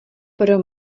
pro